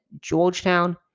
Georgetown